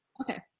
Okay